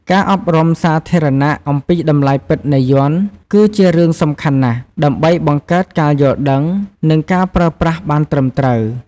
ការអប់រំសាធារណៈអំពីតម្លៃពិតនៃយ័ន្ត គឺជារឿងសំខាន់ណាស់ ដើម្បីបង្កើតការយល់ដឹង និងការប្រើប្រាស់បានត្រឹមត្រូវ។